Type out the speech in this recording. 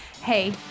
Hey